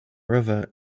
river